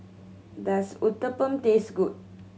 does Uthapam taste good